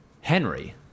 Henry